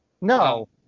No